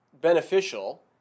beneficial